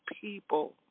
people